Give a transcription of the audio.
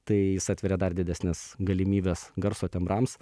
tai jis atveria dar didesnes galimybes garso tembrams